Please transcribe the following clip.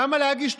למה להגיש תוכניות?